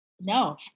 No